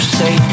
say